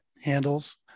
handles